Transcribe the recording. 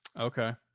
Okay